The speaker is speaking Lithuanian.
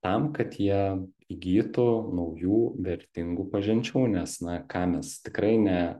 tam kad jie įgytų naujų vertingų pažinčių nes na ką mes tikrai ne